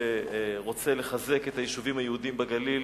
שרוצה לחזק את היישובים היהודיים בגליל